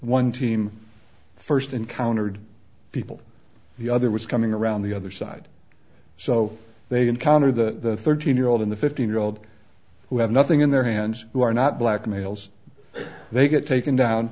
one team first encountered people the other was coming around the other side so they encounter the thirteen year old in the fifteen year old who have nothing in their hands who are not black males they get taken